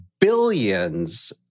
billions